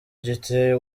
giteye